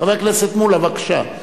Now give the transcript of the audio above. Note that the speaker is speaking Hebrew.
חבר הכנסת מולה, בבקשה.